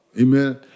Amen